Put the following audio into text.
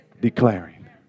declaring